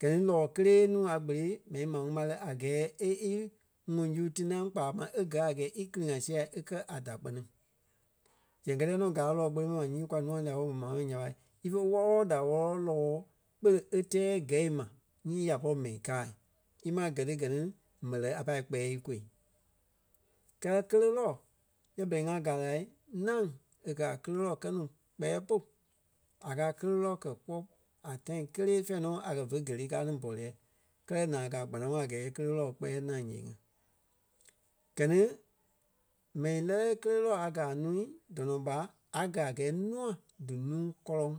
Gɛ ni lɔɔ kélee nuu a kpele mɛni maa ŋuŋ ɓa a gɛɛ é í ŋuŋ su tinaŋ kpaa máŋ e gɛ̀ a gɛɛ íkili-ŋa sia e kɛ̀ a da kpɛ́ni. Zɛŋ kɛtɛ nɔ gaa lɔɔ kpele mɛni ma nyii kwa nûa lîa-woo ɓo ma nya ɓa, ífe wɔ́lɔ-wɔlɔ da wɔlɔ-wɔlɔ lɔɔ kpele e tɛɛ gɛ̂i ma nyii ya pɔri mɛi kâa. Ímaa gɛ́ ti gɛ ni m̀ɛlɛ a pâi kpɛɛ íkoi. Kɛlɛ kéle lɔɔ yɛ berei ŋa gáa lai ńâŋ e kɛ̀ a kéle lɔɔ kɛ nuu kpɛɛ pôlu. A kâa kéle lɔɔ kɛ́ kpɔ́ a tãi kelee fɛ̂ɛ nɔ a kɛ̀ vè gele káa ní ɓɔlɛɛ. Kɛlɛ naa káa a kpanaŋɔɔ a gɛɛ e kéle lɔɔ kpɛɛ ŋaŋ ǹyee-ŋa. Gɛ ni mɛni lɛ́lɛɛ kéle lɔɔ a gaa a núui dɔnɔ ɓa: A gaa a gɛɛ nûa dí núu kɔlɔŋ.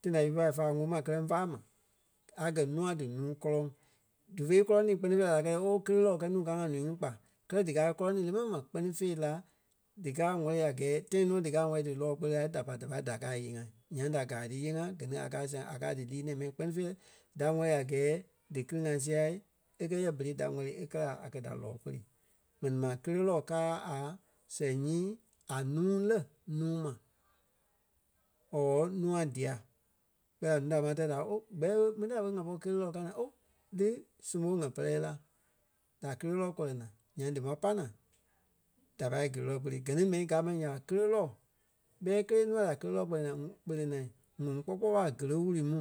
Tãi da ífe pai fáa ŋ́oo ma kɛlɛ ḿvâai mai. A gɛ̀ nûa dínuu kɔlɔŋ. Dífe i kɔlɔnii kpɛ́ni fêi la ooo kéle lɔɔ kɛ́ núu káa ŋí a ǹúu ŋí kpa kɛlɛ díkaa í kɔlɔnii le mɛni ma kpɔ́ni fêi la díkaa wɛli a gɛɛ tãi nɔ díkaa wɛli dí lɔɔ kpele lai da pa da pâi da kâa íyee-ŋa. Nyaŋ da gaa dí íyee-ŋa gɛ ni a ka a sãa a kaa dí lîi nɛ̃ɛ mɛni kpɛ́ni fêi da wɛli a gɛɛ díkili-ŋa sia e kɛ̀ yɛ berei da wɛli e kɛ̀ la a kɛ da lɔɔ kpele. Mɛnii ma kéle lɔɔ káa a sɛŋ nyii a nuu lɛ́ nuu ma or nûa dia. Kpɛɛ la núu da e ma tɛɛ dia ooo kpɛɛ ɓé mi da ɓé ŋa pɔri kéle lɔɔ káa naa ooo lí sumo ŋa pɛrɛ la. Da kéle lɔɔ kɔlɛ naa. Nyaŋ di maŋ pa naa da pâi géle lɔɔ kpele. Gɛ ni mɛni gaa ma nya ɓa kéle lɔɔ ɓɛi kélee nûa da kéle lɔɔ kpɛtɛ naa kpele naa ŋuŋ kpɔ́ kpɔɔi ɓa géle wuri mu.